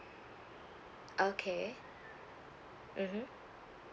okay mmhmm